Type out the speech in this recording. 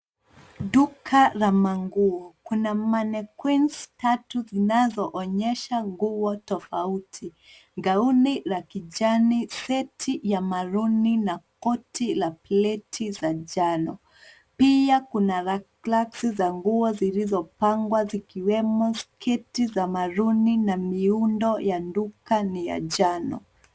Duka la manguo. Kuna mannequins tatu zinazoonyesha nguo tofauti. Gauni la kijani, seti ya maroon na koti la pleats za njano. Pia kuna racks za nguo zilizopangwa zikiwemo sketi za maroon na miundo ya duka ni ya njano.